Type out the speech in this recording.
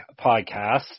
podcast